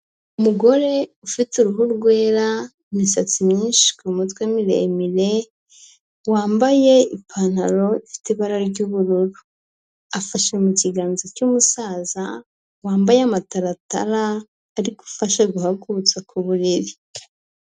Umugore ufite uruhu rwera, imisatsi myinshi ku mutwe miremire, wambaye ipantaro ifite ibara ry'ubururu. Afashe mu kiganza cy'umusaza, wambaye amataratara, ari ufashe guhagurutsa ku buriri.